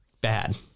bad